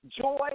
Joy